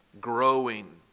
growing